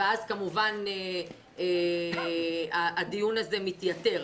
ואז כמובן הדיון הזה מתייתר.